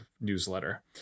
newsletter